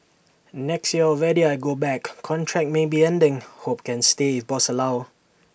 next year already I go back contract maybe ending hope can stay if boss allow